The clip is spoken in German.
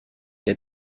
der